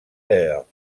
leurs